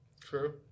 True